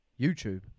YouTube